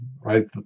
right